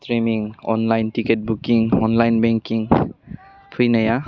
त्रिमिं online ticket booking online banking फैनाया